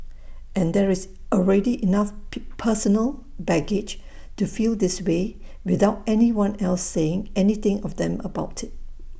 and there is already enough personal baggage to feel this way without anyone else saying anything to them about IT